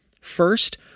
First